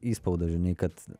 įspaudą žinai kad